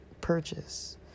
purchase